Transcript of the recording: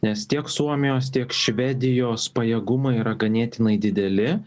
nes tiek suomijos tiek švedijos pajėgumai yra ganėtinai dideli